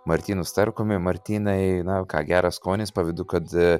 martynu starkumi martynai na ką geras skonis pavydu kad